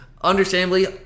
understandably